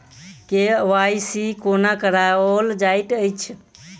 KYC कोना कराओल जाइत अछि?